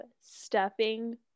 stuffing